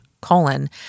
colon